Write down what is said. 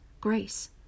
grace